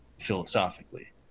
philosophically